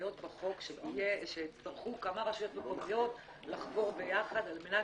התניות בחוק שיצטרכו כמה רשויות מקומיות לחבור ביחד על מנת